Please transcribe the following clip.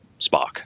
spock